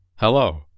Hello